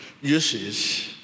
uses